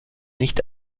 nicht